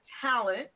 Talent